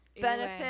benefit